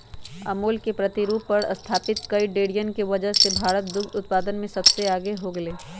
अमूल के प्रतिरूप पर स्तापित कई डेरियन के वजह से भारत दुग्ध उत्पादन में सबसे आगे हो गयलय